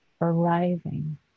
arriving